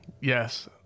Yes